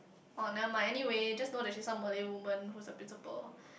oh never mind anyway just know the she somebody women who was the principal